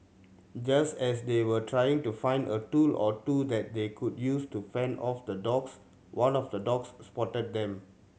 just as they were trying to find a tool or two that they could use to fend off the dogs one of the dogs spotted them